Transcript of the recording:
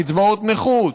קצבאות נכות,